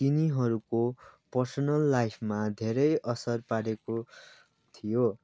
तिनीहरूको पर्सनल लाइफमा धेरै असर पारेको थियो